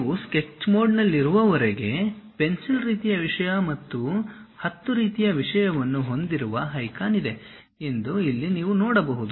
ನೀವು ಸ್ಕೆಚ್ ಮೋಡ್ನಲ್ಲಿರುವವರೆಗೆ ಪೆನ್ಸಿಲ್ ರೀತಿಯ ವಿಷಯ ಮತ್ತು 10 ರೀತಿಯ ವಿಷಯವನ್ನು ಹೊಂದಿರುವ ಐಕಾನ್ ಇದೆ ಎಂದು ಇಲ್ಲಿ ನೀವು ನೋಡಬಹುದು